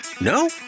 No